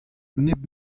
nep